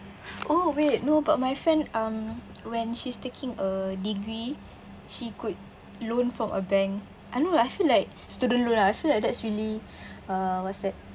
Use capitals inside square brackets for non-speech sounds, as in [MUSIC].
oh wait no but my friend um when she's taking a degree she could loan from a bank ah no lah I feel like student loan ah that's really [BREATH] uh what's that